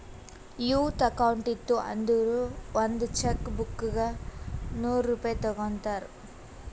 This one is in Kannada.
ಯೂತ್ ಅಕೌಂಟ್ ಇತ್ತು ಅಂದುರ್ ಒಂದ್ ಚೆಕ್ ಬುಕ್ಗ ನೂರ್ ರೂಪೆ ತಗೋತಾರ್